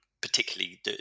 particularly